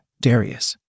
Darius